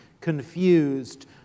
confused